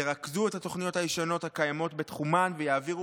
ירכזו את התוכניות הישנות הקיימות בתחומן ויעבירו